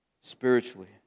spiritually